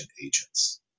agents